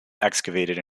excavated